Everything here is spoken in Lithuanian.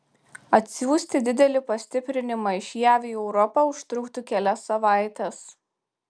atsiųsti didelį pastiprinimą iš jav į europą užtruktų kelias savaites